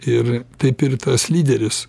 ir taip ir tas lyderis